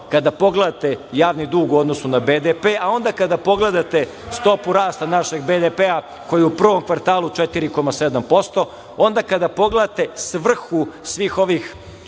Kada pogledate javni dug u odnosu na BDP, a onda kada pogledate stopu rasta našeg BDP koja je u prvom kvartalu 4,7%, onda kada pogledate svrhu svih ovih